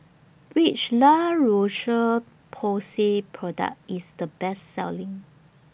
Which La Roche Porsay Product IS The Best Selling